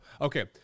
okay